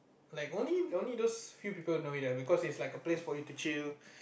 like only only those few people it lah because it's like a place for you to chill